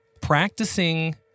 practicing